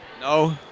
No